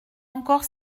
encore